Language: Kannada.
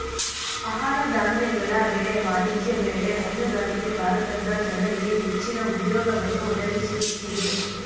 ಆಹಾರ ಧಾನ್ಯಗಳ ಬೆಳೆ, ವಾಣಿಜ್ಯ ಬೆಳೆ, ಹೈನುಗಾರಿಕೆ ಭಾರತದ ಜನರಿಗೆ ಹೆಚ್ಚಿನ ಉದ್ಯೋಗವನ್ನು ಒದಗಿಸುತ್ತಿದೆ